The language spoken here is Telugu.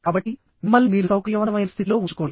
కాబట్టి మిమ్మల్ని మీరు సౌకర్యవంతమైన స్థితిలో ఉంచుకోండి